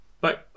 Bye